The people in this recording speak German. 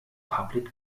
public